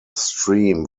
stream